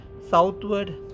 southward